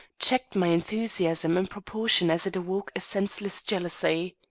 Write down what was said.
checked my enthusiasm in proportion as it awoke a senseless jealousy.